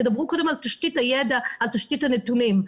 תדברו קודם על תשתית הידע, על תשתית הנתונים.